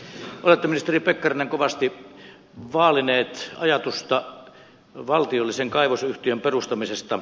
olette ministeri pekkarinen kovasti vaalinut ajatusta valtiollisen kaivosyhtiön perustamisesta